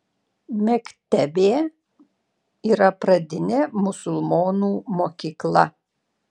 mektebė yra pradinė musulmonų mokykla